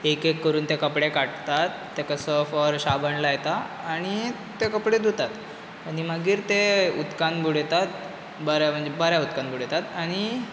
एक एक करुन ते कपडे काडटात सर्फ ऑर शाबण लायतात आनी ते कपडे धुंतात आनी मागीर तें उदकांत बुडयतात बरें आनी बऱ्या उदकांत बुडयतात आनी